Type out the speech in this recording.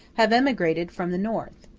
have emigrated from the north.